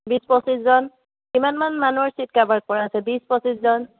বিশ পঁচিছজন কিমানমান মানুহৰ ছিট কাভাৰ কৰা আছে বিশ পঁচিছজন